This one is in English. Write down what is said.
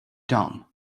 dumb